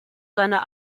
seiner